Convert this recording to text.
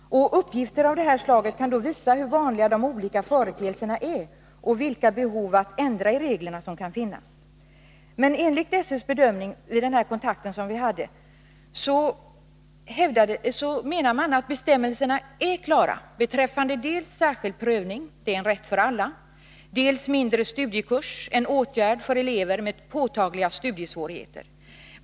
Uppgifter av det här slaget kan då visa hur vanliga de olika företeelserna är och vilka behov av att ändra reglerna som kan finnas. Skolöverstyrelsen menade vid den kontakt som vi hade att bestämmelserna är klara beträffande dels särskild prövning, som är en rätt för alla, dels mindre studiekurs, som är en åtgärd för elever med påtagliga studiesvårigheter.